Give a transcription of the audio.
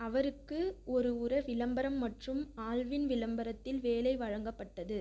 அவருக்கு ஒரு உர விளம்பரம் மற்றும் ஆல்வின் விளம்பரத்தில் வேலை வழங்கப்பட்டது